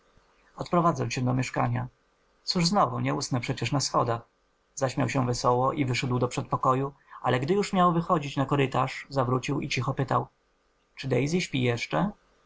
odprowadzę cię do mieszkania cóż znowu nie usnę przecież na schodach zaśmiał się wesoło i wyszedł do przedpokoju ale gdy już miał wychodzić na korytarz zawrócił i cicho pytał czy daisy śpi jeszcze